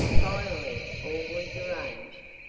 finally all was arranged,